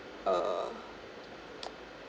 uh